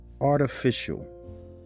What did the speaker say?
artificial